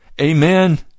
amen